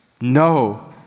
No